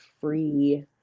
free